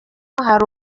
hari